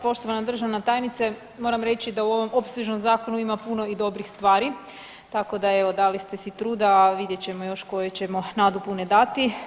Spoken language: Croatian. Poštovana državna tajnice moram reći da u ovom opsežnom zakonu ima puno i dobrih stvari, tako da evo dali ste si truda, a vidjet ćemo još koje ćemo nadopune dati.